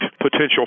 potential